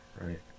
right